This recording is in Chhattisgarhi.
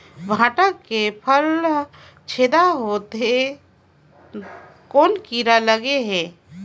भांटा के फल छेदा होत हे कौन कीरा लगे हे?